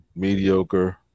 mediocre